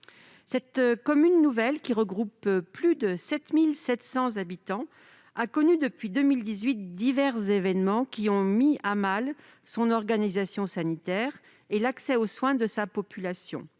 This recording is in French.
Cette commune nouvelle, qui regroupe plus de 7 700 habitants, a connu, depuis 2018, divers événements qui ont mis à mal son organisation sanitaire et l'accès aux soins de sa population